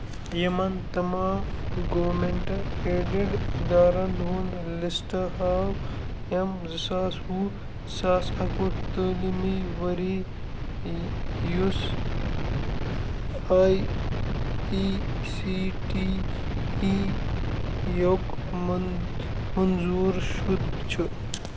یِمَن تمام government aided اِدارن ہُنٛد لسٹ ہاو یِم زٕ ساس وُہ زٕ ساس اَکہٕ وُہ تٲلیٖمی ؤری یُس A I C T E یُک منٛد منظوٗر شُدٕ چھُ